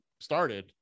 started